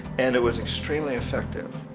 and it was extremely effective.